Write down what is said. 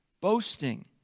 boasting